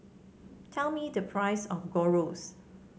tell me the price of Gyros